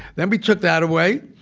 then we took that away,